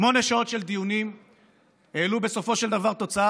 שמונה שעות של דיונים העלו בסופו של דבר תוצאה